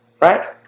Right